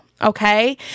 Okay